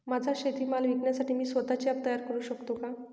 माझा शेतीमाल विकण्यासाठी मी स्वत:चे ॲप तयार करु शकतो का?